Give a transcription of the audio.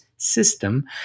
system